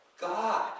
God